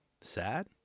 Sad